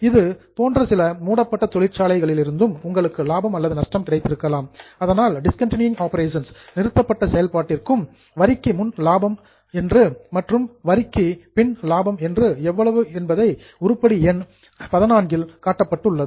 இது போன்ற சில மூடப்பட்ட தொழிற்சாலைகளிலிருந்து உங்களுக்கு லாபம் அல்லது நஷ்டம் கிடைத்திருக்கலாம் அதனால் டிஸ்கண்டினியூங் ஆபரேஷன்ஸ் நிறுத்தப்பட்ட செயல்பாட்டிற்கும் புரோஃபிட் பிபோர் டாக்ஸ் வரிக்கு முன் லாபம் மற்றும் புரோஃபிட் ஆஃப்டர் டாக்ஸ் வரிக்கு பின் லாபம் எவ்வளவு என்பதை உருப்படி எண் XIV இல் காட்டப்பட்டுள்ளது